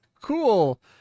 Cool